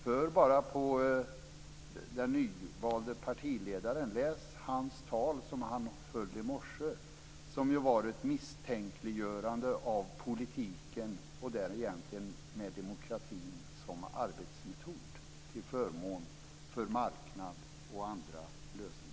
Hör bara på den nyvalde partiledaren! Läs hans tal som han höll i morse, som ju var ett misstänkliggörande av politiken och därmed egentligen demokratin som arbetsmetod till förmån för marknad och andra lösningar.